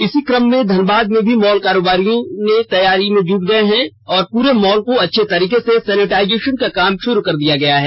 इसी क्रम में धनबाद में भी मॉल कारोबारी तैयारियों में जुट गए हैं और पूरे मॉल को अर्च्छ तरीके से सैनिटाइजेशन का काम शुरू कर दिया गया है